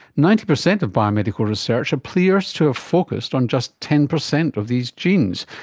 ninety percent of biomedical research appears to have focused on just ten percent of these genes,